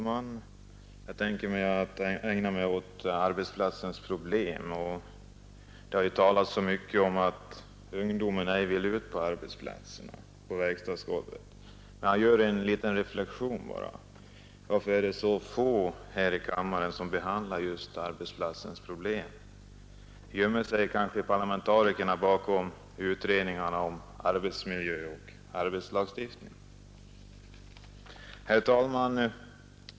Herr talman! Jag tänker ägna mig åt arbetsplatsens problem. Det talas så mycket om att ungdomen inte vill ta arbete på verkstadsgolvet. Men jag vill bara göra en reflexion: Varför är det så få här i kammaren som behandlar arbetsplatsens problem? Gömmer sig kanske parlamentarikerna bakom utredningarna om arbetsmiljön och arbetslagstiftningen? Herr talman!